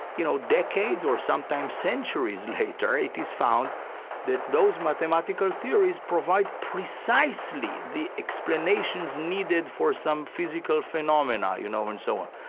you know, decades or sometime centuries later, it is found that those mathematical theories provide precisely the explanations needed for some physical phenomena, you know, and so on.